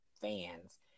fans